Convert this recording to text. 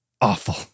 awful